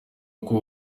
uko